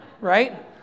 right